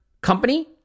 company